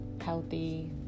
healthy